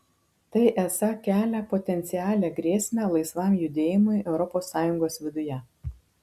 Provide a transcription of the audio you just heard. tai esą kelia potencialią grėsmę laisvam judėjimui europos sąjungos viduje